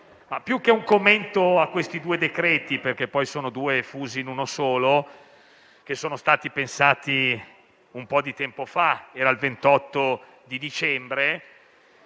più che un commento a questi due decreti-legge (perché sono due fusi in uno solo), che sono stati pensati un po' di tempo fa (era il 28 dicembre